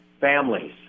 families